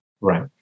Right